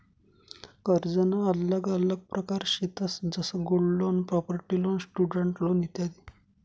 कर्जना आल्लग आल्लग प्रकार शेतंस जसं gold loan, property loan, student loan इत्यादी